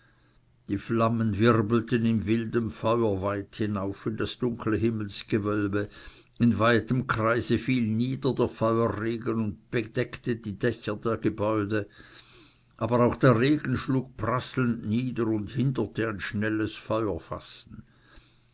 die flammen wirbelten in wildem feuer weit hinauf in das dunkle himmelsgewölbe in weitem kreise fiel nieder der feuerregen und bedeckte die dächer der gebäude aber auch der regen schlug prasselnd nieder und hinderte ein schnelles